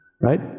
Right